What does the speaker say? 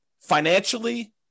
financially